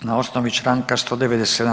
Na osnovi članka 197.